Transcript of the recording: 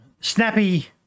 snappy